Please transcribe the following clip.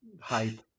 hype